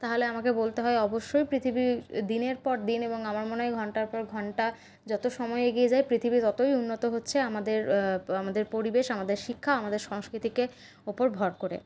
তাহলে আমাকে বলতে হয় অবশ্যই পৃথিবী দিনের পর দিন এবং আমার মনে হয় ঘণ্টার পর ঘণ্টা যত সময় এগিয়ে যায় পৃথিবী ততই উন্নত হচ্ছে আমাদের আমাদের পরিবেশ আমাদের শিক্ষা আমাদের সংস্কৃতিকে ওপর ভর করে